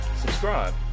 subscribe